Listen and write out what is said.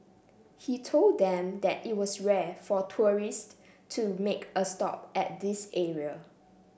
he told them that it was rare for tourists to make a stop at this area